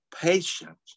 patience